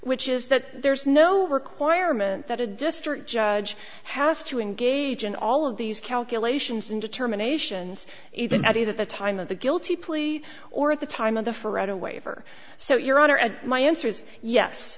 which is that there's no requirement that a district judge has to engage in all of these calculations and determinations even at either the time of the guilty plea or at the time of the forever waiver so your honor and my answer is yes